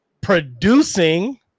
producing